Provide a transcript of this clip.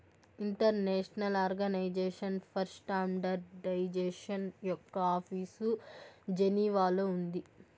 international organization for standardization యొక్క office జెనీవాలో ఉంది